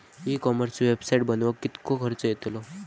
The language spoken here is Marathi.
ई कॉमर्सची वेबसाईट बनवक किततो खर्च येतलो?